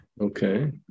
Okay